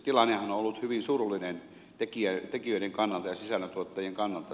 tilannehan on ollut hyvin surullinen tekijöiden kannalta ja sisällöntuottajien kannalta